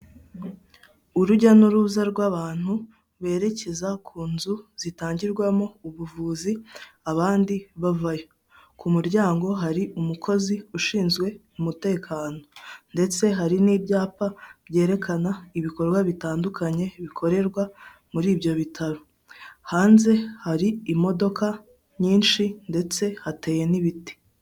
Urujya n'uruza rw'abantu berekeza ku nzu zitangirwamo ubuvuzi abandi bavayo. Ku muryango hari umukozi ushinzwe umutekano, ndetse hari n'ibyapa byerekana ibikorwa bitandukanye bikorerwa muri ibyo bitaro. Hanze hari imodoka nyinshi ndetse hateye n'ibiti.